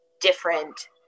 different